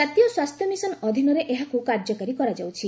ଜାତୀୟ ସ୍ୱାସ୍ଥ୍ୟ ମିଶନ୍ ଅଧୀନରେ ଏହାକୁ କାର୍ଯ୍ୟକାରୀ କରାଯାଉଛି